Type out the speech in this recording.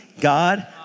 God